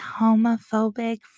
homophobic